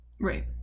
right